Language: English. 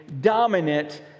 dominant